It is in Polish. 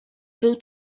był